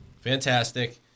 Fantastic